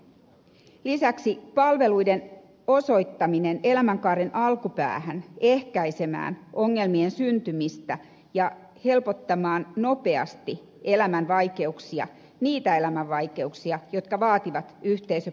lisäksi palvelut tulisi osoittaa elämänkaaren alkupäähän ehkäisemään ongelmien syntymistä ja helpottamaan nopeasti elämän vaikeuksia niitä elämän vaikeuksia jotka vaativat yhteisöpalveluja